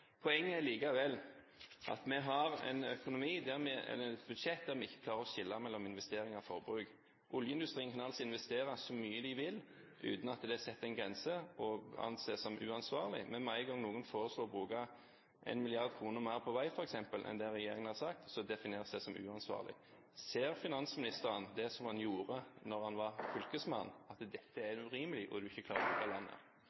Poenget er likevel at vi har et budsjett der vi ikke klarer å skille mellom investeringer og forbruk. Oljeindustrien kan altså investere så mye de vil uten at det er satt en grense og anses som uansvarlig, men med en gang noen foreslår å bruke 1 mrd. kr mer på f.eks. vei enn det regjeringen har sagt, defineres det som uansvarlig. Ser finansministeren det som han gjorde da han var fylkesmann, at dette er urimelig, og at man ikke klarer å bygge landet?